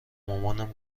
مامان